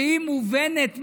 שהיא מובנת מאליה,